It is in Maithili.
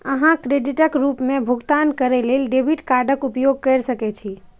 अहां क्रेडिटक रूप मे भुगतान करै लेल डेबिट कार्डक उपयोग कैर सकै छी